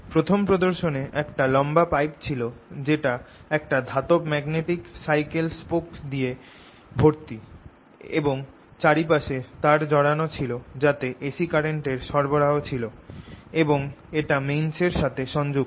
প্রথম প্রদর্শনে একটা লম্বা পাইপ ছিল যেটা একটা ধাতব ম্যাগনেটিক সাইকেল স্পোকস দিয়ে ভরতি এবং চারিপাশে তার জড়ান ছিল যাতে AC কারেন্ট এর সরবরাহ ছিল এবং এটা মেইন্স এর সাথে সংযুক্ত